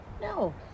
No